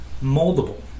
moldable